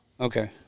Okay